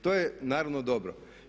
To je naravno dobro.